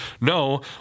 No